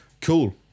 Cool